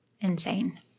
Insane